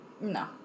No